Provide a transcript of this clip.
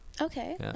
Okay